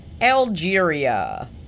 Algeria